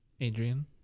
Adrian